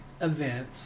event